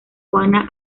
juana